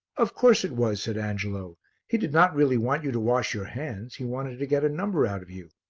of course it was, said angelo he did not really want you to wash your hands, he wanted to get a number out of you.